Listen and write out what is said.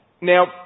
Now